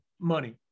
money